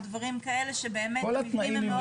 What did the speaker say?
או דברים כאלה שבאמת המבנים הם מאוד עתיקים.